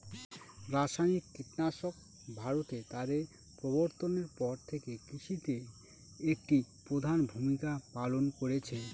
রাসায়নিক কীটনাশক ভারতে তাদের প্রবর্তনের পর থেকে কৃষিতে একটি প্রধান ভূমিকা পালন করেছে